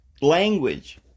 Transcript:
language